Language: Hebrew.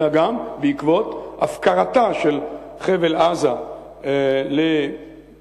אלא גם בעקבות הפקרתו של חבל-עזה לשלטון